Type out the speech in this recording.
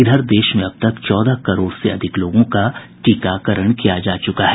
इधर देश में अब तक चौदह करोड़ से अधिक लोगों का टीकाकरण किया जा चूका है